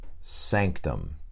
sanctum